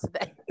today